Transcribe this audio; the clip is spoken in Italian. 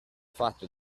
fatto